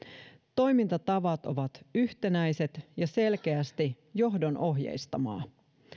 toimintatavat ovat yhtenäiset ja selkeästi johdon ohjeistamat